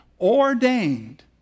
ordained